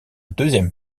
deuxième